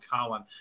Colin